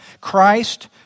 Christ